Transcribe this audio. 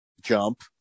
jump